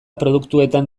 produktuetan